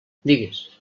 digues